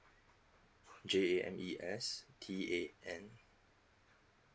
J A M E S T A N